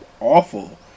awful